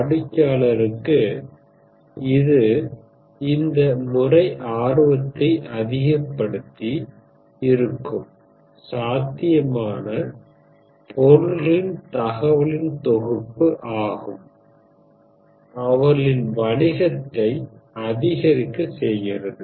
வாடிக்கையாளருக்கு இது இந்த முறை ஆர்வத்தை அதிகப்படுத்தி இருக்கும் சாத்தியமான பொருள்களின் தகவலின் தொகுப்பு அவர்களின் வணிகத்தை அதிகரிக்க செய்கிறது